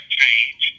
change